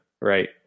right